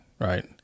Right